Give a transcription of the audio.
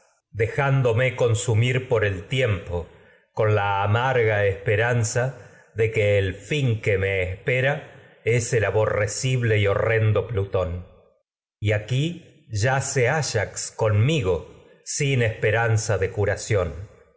dejándome áyax í consumir por el tiempo con la el amarga esperanza y de que el fin que me e'spera es aborrecible sin horrendo de plutón yaqui ay yace á yax conmigo esperanza curación